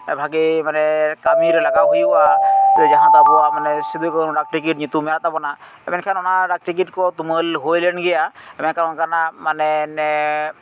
ᱵᱷᱟᱜᱮ ᱢᱟᱱᱮ ᱠᱟᱹᱢᱤᱨᱮ ᱞᱟᱜᱟᱣ ᱦᱩᱭᱩᱜᱼᱟ ᱡᱟᱦᱟᱸ ᱫᱚ ᱟᱵᱚᱣᱟᱜ ᱥᱤᱫᱩᱼᱠᱟᱹᱱᱩ ᱰᱟᱠ ᱴᱤᱠᱤᱴ ᱢᱮᱱᱟᱜ ᱛᱟᱵᱚᱱᱟ ᱢᱮᱱᱠᱷᱟᱱ ᱚᱱᱟ ᱰᱟᱠ ᱴᱤᱠᱤᱴ ᱠᱚ ᱛᱩᱢᱟᱹᱞ ᱦᱩᱭᱞᱮᱱ ᱜᱮᱭᱟ ᱢᱮᱱᱠᱷᱟᱱ ᱚᱱᱠᱟᱱᱟᱜ ᱢᱟᱱᱮ